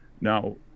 now